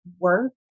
work